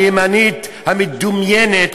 הימנית המדומיינת,